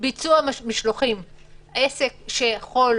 לעסק שיכול